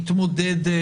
להתמודד.